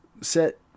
set